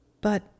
But